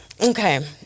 Okay